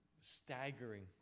staggering